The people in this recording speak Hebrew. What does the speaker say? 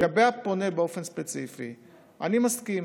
לגבי הפונה באופן ספציפי, אני מסכים